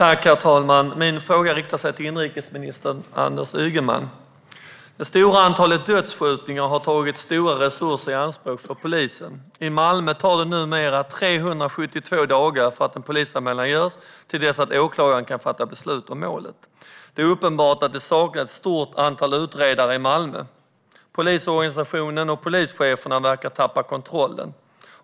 Herr talman! Jag riktar min fråga till inrikesminister Anders Ygeman. Det stora antalet dödsskjutningar har tagit stora resurser i anspråk för polisen. I Malmö tar det numera 372 dagar från att en polisanmälan görs till dess att åklagaren kan fatta beslut om målet. Det är uppenbart att det saknas ett stort antal utredare i Malmö. Polisorganisationen och polischeferna verkar ha tappat kontrollen.